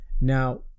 Now